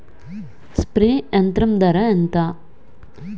Spray యంత్రం ధర ఏంతా?